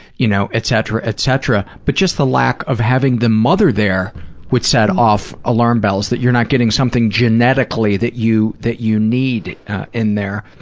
you know, etc, etc, but just the lack of having the mother there would set off alarm bells that you're not getting something genetically that you that you need in there.